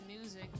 music